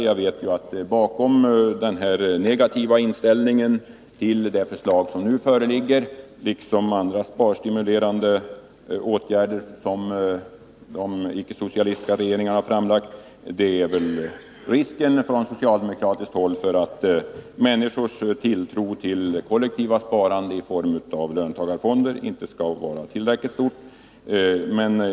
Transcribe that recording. Jag vet att bakom den negativa inställningen till det förslag som nu föreligger liksom när det gäller förslag till andra sparstimulerande åtgärder som de icke-socialistiska regeringarna framlagt ligger farhågor från socialdemokratiskt håll för att människors tilltro till kollektivt sparande i form av löntagarfonder inte skall bli tillräckligt stor.